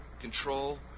control